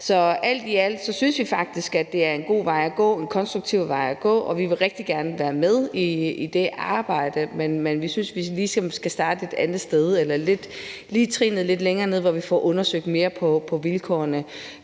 Så alt i alt synes vi faktisk at det er en god vej at gå, en konstruktiv vej at gå, og vi vil rigtig gerne være med i det arbejde, men vi synes, at vi ligesom skal starte et andet sted eller lige trinnet lidt længere nede, hvor vi får undersøgt mere om vilkårene